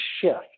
shift